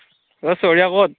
অঁ চহৰীয়া ক'ত